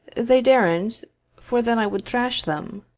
they daren't for then i would thrash them.